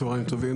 צוהריים טובים,